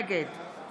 נגד מכלוף